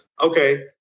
Okay